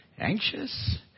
anxious